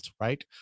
right